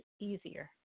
easier